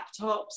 laptops